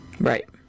Right